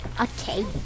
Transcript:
Okay